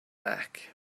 back